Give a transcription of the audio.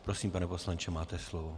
Prosím, pane poslanče, máte slovo.